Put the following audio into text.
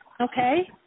okay